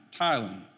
Thailand